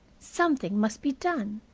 something must be done.